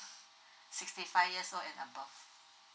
sixty five years old and above